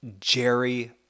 Jerry